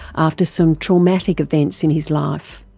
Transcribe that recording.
after some traumatic events in his life.